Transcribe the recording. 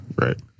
Right